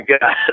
God